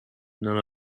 none